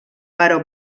però